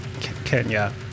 Kenya